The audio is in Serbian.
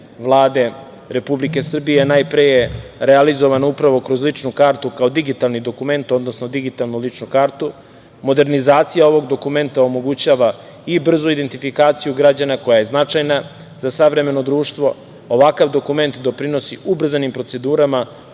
Vlade Republike Srbije najpre je realizovana upravo kroz ličnu kartu kao digitalni dokument, odnosno digitalnu ličnu kartu. Modernizacija ovog dokumenta omogućava i brzu identifikaciju građana koja je značajna za savremeno društvo. Ovakav dokument doprinosi ubrzanim procedurama